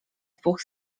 dwóch